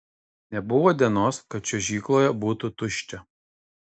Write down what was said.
nebuvo dienos kad čiuožykloje būtų tuščia